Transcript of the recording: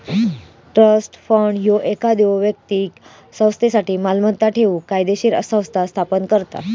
trust fund ह्यो एखाद्यो व्यक्तीक संस्थेसाठी मालमत्ता ठेवूक कायदोशीर संस्था स्थापन करता